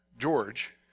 George